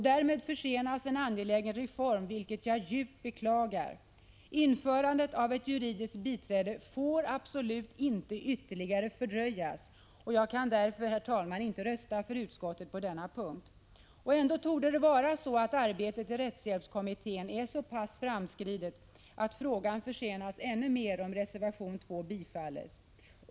Därmed försenas en angelägen reform, vilket jag djupt beklagar. Införande av juridiskt biträde får absolut inte fördröjas ytterligare. Jag kan därför, herr talman, inte rösta för utskottet på denna punkt. Men arbetet i rättshjälpskommittén torde vara så pass långt framskridet att frågan skulle försenas ännu mer om reservation 2 bifölls.